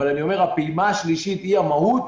אבל הפעימה השלישית היא המהות